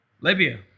Libya